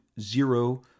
zero